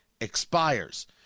expires